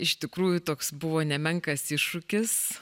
iš tikrųjų toks buvo nemenkas iššūkis